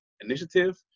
Initiative